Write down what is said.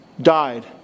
died